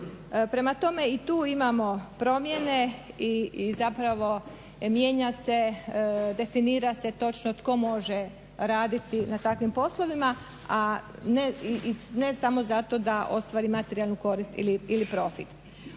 Prema tome, i tu imamo promjene i zapravo mijenja se, definira se točno tko može raditi na takvim poslovima, a ne samo zato da ostvari materijalnu korist ili profit.